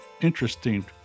interesting